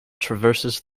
traverses